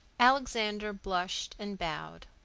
alexander blushed and bowed.